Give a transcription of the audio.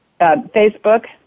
Facebook